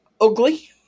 ugly